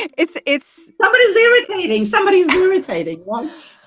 it's it's somebody irritating. somebody irritating one.